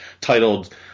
titled